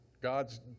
God's